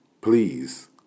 please